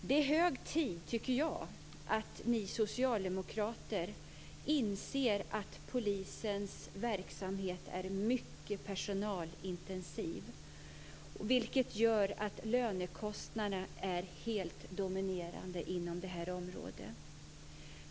Det är hög tid, tycker jag, att ni socialdemokrater inser att polisens verksamhet är mycket personalintensiv, vilket gör att lönekostnaderna är helt dominerande.